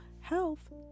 health